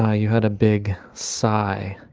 ah you had a big sigh